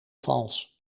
vals